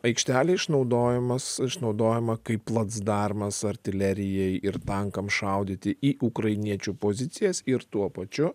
aikštelė išnaudojamas išnaudojama kaip placdarmas artilerijai ir tankam šaudyti į ukrainiečių pozicijas ir tuo pačiu